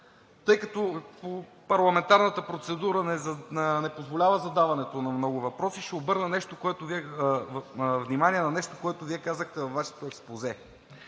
Тъй като парламентарната процедура не позволява задаването на много въпроси, ще обърна внимание на нещо, което Вие казахте във Вашето експозе,